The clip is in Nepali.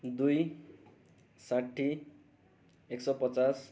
दुई साठी एक सौ पचास